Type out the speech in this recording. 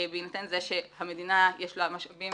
בהינתן לזה שהמדינה יש לה משאבים